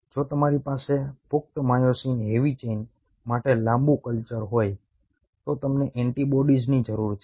જો તમારી પાસે પુખ્ત માયોસિન હેવી ચેઇન માટે લાંબુ કલ્ચર હોય તો તમને એન્ટિબોડીઝની જરૂર છે